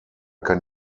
kann